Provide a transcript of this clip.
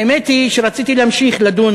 האמת היא שרציתי להמשיך לדון